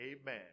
Amen